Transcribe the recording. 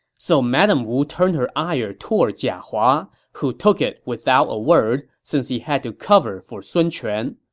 so madame wu turned her ire toward jia hua, who took it without a word, since he had to cover for sun quan.